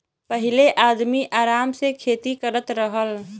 पहिले आदमी आराम से खेती करत रहल